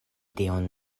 tion